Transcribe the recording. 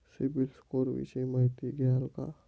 CIBIL score विषयी माहिती द्याल का?